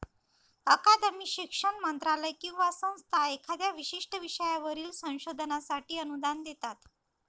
अकादमी, शिक्षण मंत्रालय किंवा संस्था एखाद्या विशिष्ट विषयावरील संशोधनासाठी अनुदान देतात